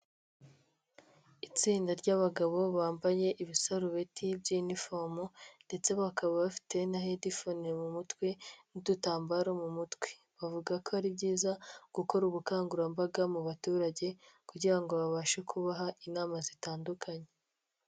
Itsinda ry'abagabo bambaye ibisarubeti by'iniforomo ndetse bakaba bafite na hedi fone mu mutwe n'udutambaro mu mutwe. Bavuga ko ari byiza gukora ubukangurambaga mu baturage kugira babashe kubaha inama zitandukanye.